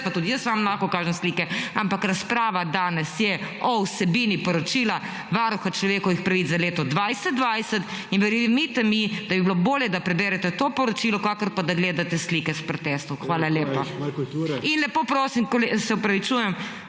in tudi jaz vam lahko kažem slike, ampak razprava danes je o vsebini poročila Varuha človekovih pravic za leto 2020 in verjemite mi, da bi bilo bolje, da preberete to poročilo, kakor pa, da gledate slike s protestov. /medlkic in gesta držvnega